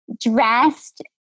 dressed